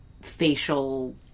facial